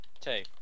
Two